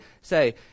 say